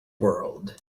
world